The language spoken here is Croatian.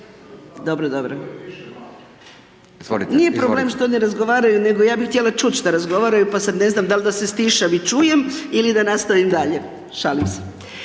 molim vas./… Nije problem što oni razgovaraju, nego ja bi htjela čut što razgovaraju pa sad ne znam dal' da se stišam i čujem ili da nastavim dalje, šalim se.